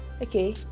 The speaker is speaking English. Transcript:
okay